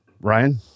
Ryan